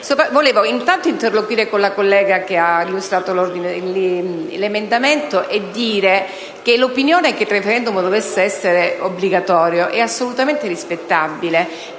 Volevo intanto interloquire con la collega Blundo che ha illustrato l'emendamento per dire che l'opinione, che il*referendum* debba essere obbligatorio è assolutamente rispettabile: